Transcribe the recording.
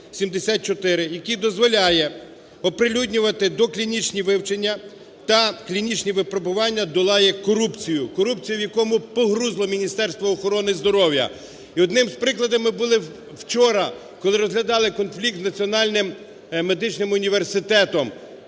який дозволяє оприлюднювати доклінічні вивчення та клінічні випробування, долає корупцію, корупцію, в якій погрузло Міністерство охорони здоров'я. І одним з прикладів було вчора, коли розглядали конфлікт з Національним медичним університетом.